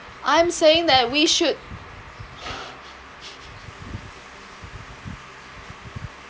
I'm saying that we should